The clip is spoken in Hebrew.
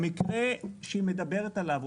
במקרה שהיא מדברת עליו,